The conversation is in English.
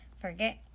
forget